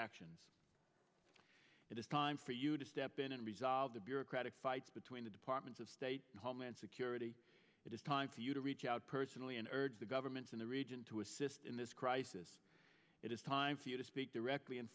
actions it is time for you to step in and resolve the bureaucratic fights between the departments of state homeland security it is time for you to reach out personally and urge the governments in the region to assist in this crisis it is time for you to speak